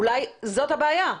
אולי זאת הבעיה.